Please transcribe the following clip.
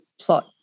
plot